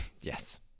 Yes